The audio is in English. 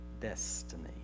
destiny